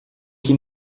que